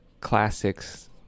Classics